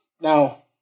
Now